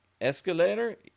escalator